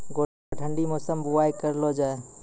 गोटा ठंडी मौसम बुवाई करऽ लो जा?